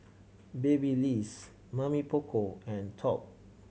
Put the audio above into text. Babyliss Mamy Poko and Top